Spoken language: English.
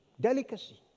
delicacy